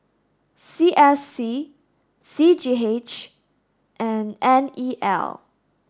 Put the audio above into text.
C S C C G H and N E L